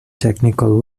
technical